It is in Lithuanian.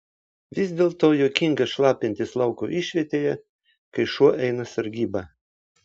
vis dėlto juokinga šlapintis lauko išvietėje kai šuo eina sargybą